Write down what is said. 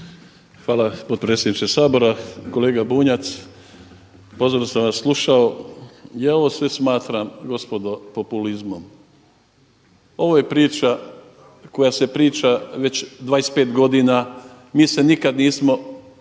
Hvala potpredsjedniče Sabora. Kolega Bunjac, pozorno sam vas slušao. Ja ovo sve smatram gospodo populizmom. Ovo je priča koja se priča već 25 godina. Mi se nikad nismo